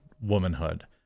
womanhood